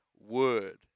word